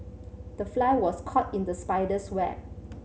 the fly was caught in the spider's web